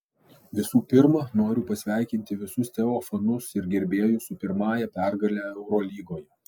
visų pirma noriu pasveikinti visus teo fanus ir gerbėjus su pirmąja pergale eurolygoje